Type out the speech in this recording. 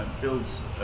builds